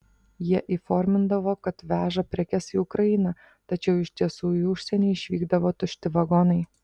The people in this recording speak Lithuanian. jie įformindavo kad veža prekes į ukrainą tačiau iš tiesų į užsienį išvykdavo tušti vagonai